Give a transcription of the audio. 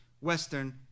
Western